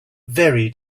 very